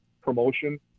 promotion